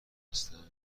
هستن